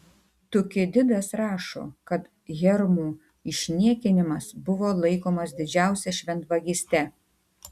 tukididas rašo kad hermų išniekinimas buvo laikomas didžiausia šventvagyste